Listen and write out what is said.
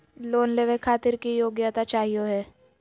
Loan लेवे खातीर की योग्यता चाहियो हे?